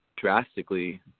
drastically